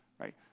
right